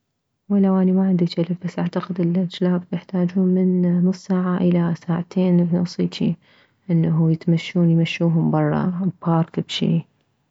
ولو اني ما عندي جلب بس اعتقد الجلاب يحتاجون من نص ساعة الى ساعتين ونص هيجي انه يتمشون يمشوهم بره ببارك بشي